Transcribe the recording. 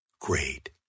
great